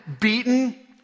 beaten